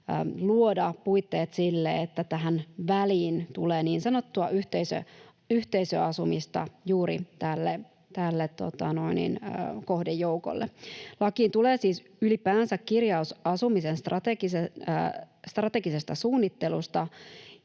luoda puitteet sille, että tähän väliin tulee niin sanottua yhteisöasumista juuri tälle kohdejoukolle. Lakiin tulee siis ylipäänsä kirjaus asumisen strategisesta suunnittelusta.